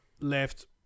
left